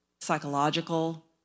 psychological